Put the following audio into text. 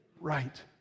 Right